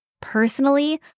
Personally